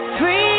free